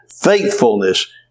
faithfulness